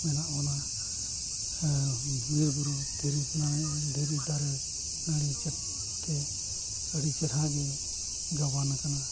ᱢᱮᱱᱟᱜ ᱵᱚᱱᱟ ᱵᱤᱨᱼᱵᱩᱨᱩ ᱫᱷᱤᱨᱤ ᱱᱟᱹᱲᱤ ᱫᱷᱤᱨᱤ ᱫᱟᱨᱮ ᱱᱟᱹᱲᱤ ᱪᱮᱫᱛᱮ ᱟᱹᱰᱤ ᱪᱮᱦᱨᱟ ᱜᱮ ᱜᱟᱵᱟᱱ ᱟᱠᱟᱱᱟ